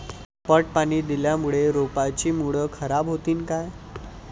पट पाणी दिल्यामूळे रोपाची मुळ खराब होतीन काय?